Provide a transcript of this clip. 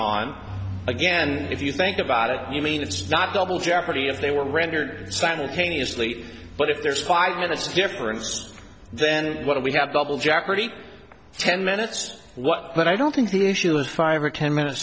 on again if you think about it you mean it's not double jeopardy if they were rendered simultaneously but if there's five minutes difference then what do we have double jeopardy ten minutes what but i don't think the issue of five or ten minutes